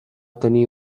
tenir